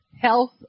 health